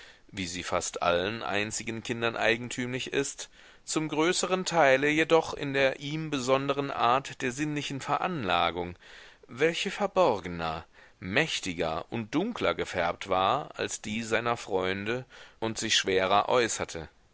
wie sie fast allen einzigen kindern eigentümlich ist zum größeren teile jedoch in der ihm besonderen art der sinnlichen veranlagung welche verborgener mächtiger und dunkler gefärbt war als die seiner freunde und sich schwerer